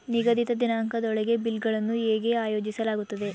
ನಿಗದಿತ ದಿನಾಂಕದೊಳಗೆ ಬಿಲ್ ಗಳನ್ನು ಹೇಗೆ ಆಯೋಜಿಸಲಾಗುತ್ತದೆ?